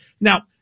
Now